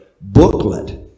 booklet